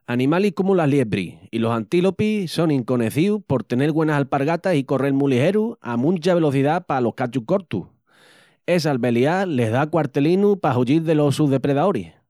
Animalis comu las liebris i los antílopis sonin conecíus pol tenel güenas alpargatas i correl mu ligeru a muncha velociá palos cachus cortus. Esa albeliá les da quartelinu p'ahuyil delos sus depredaoris.